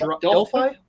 Delphi